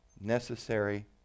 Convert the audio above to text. necessary